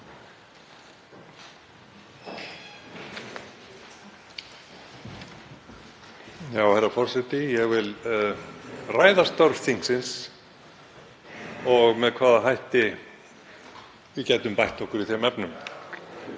Herra forseti. Ég vil ræða störf þingsins og með hvaða hætti við gætum bætt okkur í þeim efnum